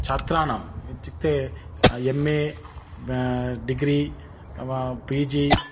छात्राणाम् इत्युक्ते M A degree P G